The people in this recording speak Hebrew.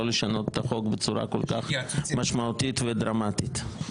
לשנות החוק בצורה כל-כך משמעותית ודרמטית.